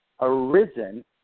arisen